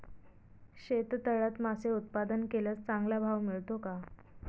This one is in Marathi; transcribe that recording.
शेततळ्यात मासे उत्पादन केल्यास चांगला भाव मिळतो का?